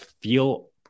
feel